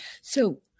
So-